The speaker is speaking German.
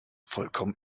vollkommen